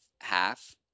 half